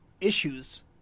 issues